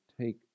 take